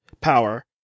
power